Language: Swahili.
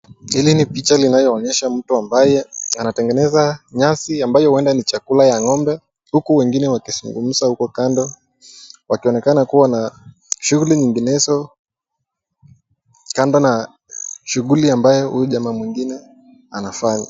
Hili ni picha linayoonyesha mtu ambaye anatengeneza nyasi ambaye huwenda ni chakula ya ng'ombe, huku wengine wakizungumuza huku kando wakionekana kuwa na shughuli nyinginezo, kando na shughuli ambayo huyu jamaa mwingine anafanya.